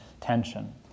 tension